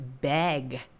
beg